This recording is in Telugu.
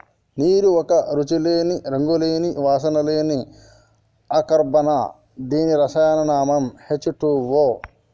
నీరు ఒక రుచి లేని, రంగు లేని, వాసన లేని అకర్బన దీని రసాయన నామం హెచ్ టూవో